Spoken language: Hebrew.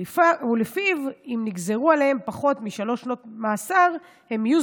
שלפיו אם נגזרו עליהם פחות משלוש שנות מאסר הם יהיו